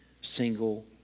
single